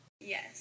Yes